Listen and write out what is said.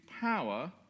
power